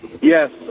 yes